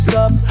up